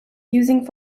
using